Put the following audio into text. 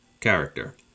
character